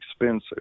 expensive